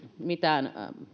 mitään